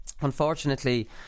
unfortunately